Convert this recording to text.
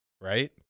right